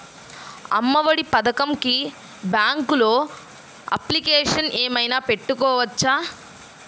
అమ్మ ఒడి పథకంకి బ్యాంకులో అప్లికేషన్ ఏమైనా పెట్టుకోవచ్చా?